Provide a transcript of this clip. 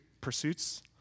pursuits